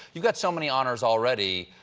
you've got so many honors already,